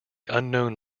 unknown